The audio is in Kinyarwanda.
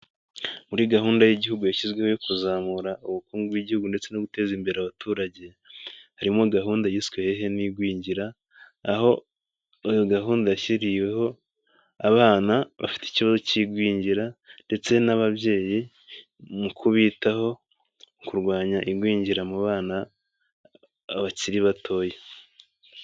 Muri gahunda y'igihugu yashyizweho yo kuzamura ubukungu bw'igihugu ndetse no guteza imbere abaturage, harimo gahunda yiswe hehe n'igwingira. Aho iyo gahunda yashyiriweho abana bafite ikibazo k'igwingira ndetse n'ababyeyi mu kubitaho kurwanya igwingira mu bana bakiri batoya.